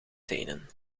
tenen